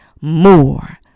more